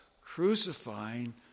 crucifying